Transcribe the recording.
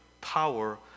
power